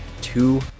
two